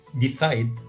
decide